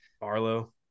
Barlow